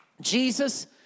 Jesus